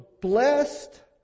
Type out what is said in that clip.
blessed